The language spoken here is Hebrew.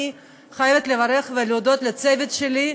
אני חייבת לברך ולהודות לצוות שלי.